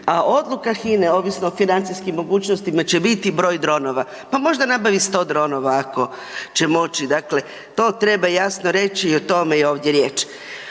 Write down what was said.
a odluka Hine ovisno o financijskim mogućnostima će biti broj dronova, pa možda nabavi 100 dronova ako će moći, dakle to treba jasno reći i o tome je ovdje riječ.